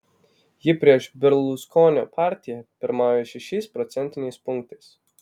ji prieš berluskonio partiją pirmauja šešiais procentiniais punktais